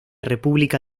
república